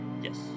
Yes